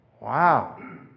Wow